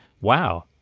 wow